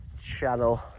channel